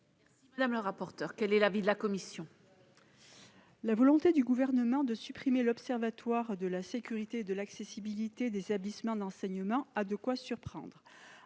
dans cette cellule. Quel est l'avis de la commission spéciale ? La volonté du Gouvernement de supprimer l'Observatoire de la sécurité et de l'accessibilité des établissements d'enseignement a de quoi surprendre.